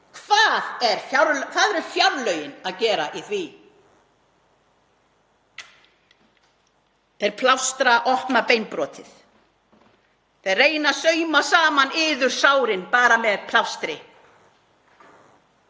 Hvað eru fjárlögin að gera í því? Þeir plástra opna beinbrotið. Þeir reyna að sauma iðursárin saman bara með plástri.